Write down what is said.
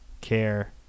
care